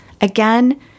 Again